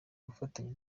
gufatanya